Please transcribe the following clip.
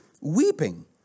weeping